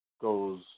goes